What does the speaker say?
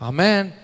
Amen